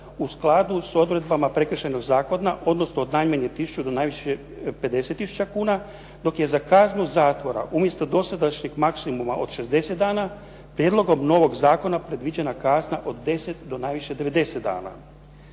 u skladu s odredbama Prekršajnog zakona, odnosno od najmanje 1000 do najviše 50000 kuna, dok je za kaznu zatvora umjesto dosadašnjeg maksimuma od 60 dana prijedlogom novog zakona predviđena kazna od 10 do najviše 90 dana.